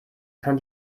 kann